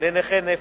לנכה נפש,